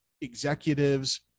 executives